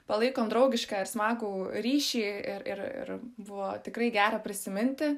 palaikom draugišką ir smagų ryšį ir ir ir buvo tikrai gera prisiminti